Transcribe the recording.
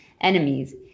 enemies